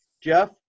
Jeff